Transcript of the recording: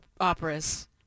operas